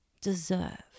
deserve